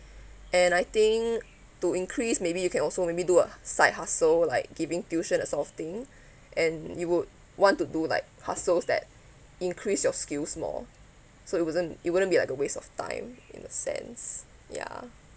and I think to increase maybe you can also maybe do a side hustle like giving tuition that sort of thing and you would want to do like hustles that increase your skills more so it wasn't it wouldn't be like a waste of time in a sense ya